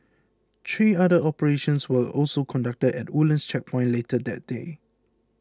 three other operations were also conducted at the Woodlands Checkpoint later that day